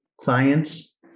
clients